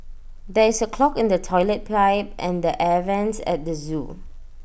there is A clog in the Toilet Pipe and the air Vents at the Zoo